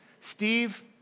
Steve